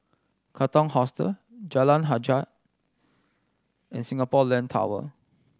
Katong Hostel Jalan Hajijah and Singapore Land Tower